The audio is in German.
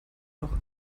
noch